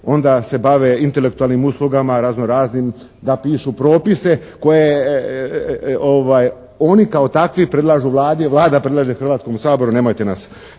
onda se bave intelektualnim uslugama razno-raznim da pišu propise koje oni kao takvi predlažu Vladi, a Vlada predlaže Hrvatskom saboru, nemojte sebe